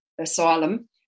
asylum